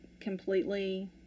completely